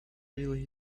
really